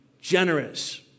generous